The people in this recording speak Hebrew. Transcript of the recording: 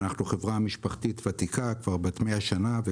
אנחנו חברה משפחתית ותיקה של כ-100 שנות פעילות